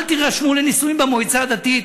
אל תירשמו לנישואים במועצה הדתית,